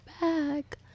back